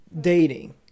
dating